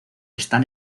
están